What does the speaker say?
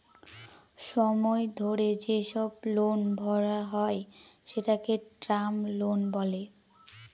সময় ধরে যেসব লোন ভরা হয় সেটাকে টার্ম লোন বলে